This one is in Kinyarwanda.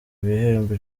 bihembo